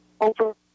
over